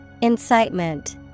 Incitement